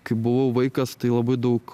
kai buvau vaikas tai labai daug